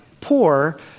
poor